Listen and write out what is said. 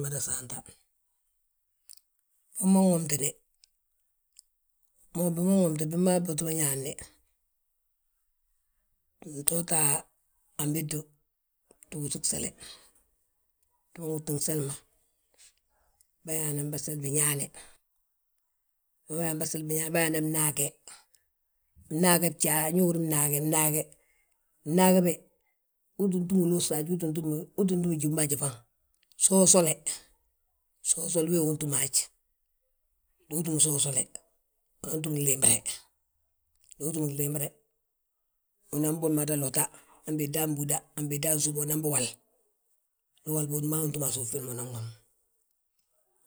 Nmada saanta wima nwomtini. Mo bima nwomtini bima buŧi ma ñaani. Ntote a bedo, nto wúsi gsele, ntoo wúsi gseli ma, bânan be gseli biñaane. Bima bâyee be gseli biñaane, bâyaanan mñaage, mnaage bjaa, nyo uhúri, mnaage, mnaage, mnaage be, uu ttin túm winoosi, uu ttín túm jímbo haji ma. Soosole, soosole hee hi utúm haj, ndu utúm soosele, uan túm gliimbire, ndu utúm glimbire, unan bà mada lotta, han bindan búda, han bi dan súma unan bi wal, ndu uwal wi ma wi untúm a suuf fiindi ma unan wom.